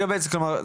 כלומר,